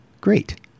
great